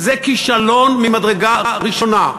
זה כישלון ממדרגה ראשונה.